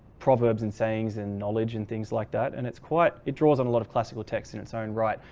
proverbs and sayings and knowledge and things like that. and it's quite it draws on a lot of classical text in its own right.